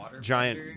giant